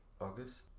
August